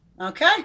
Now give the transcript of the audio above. Okay